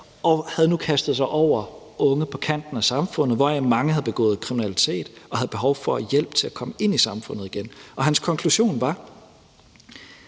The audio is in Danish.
og havde nu kastet sig over unge på kanten af samfundet, hvoraf mange havde begået kriminalitet og havde behov for hjælp til at komme ind i samfundet igen. Hans konklusion var: